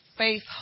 Faith